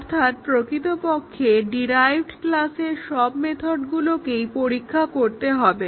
অর্থাৎ প্রকৃতপক্ষে ডিরাইভড ক্লাসের সব মেথডগুলোই পরীক্ষা করতে হবে